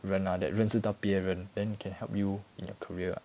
人 ah that 认识到别人 then can help you in your career ah